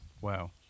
Wow